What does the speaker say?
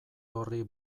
horri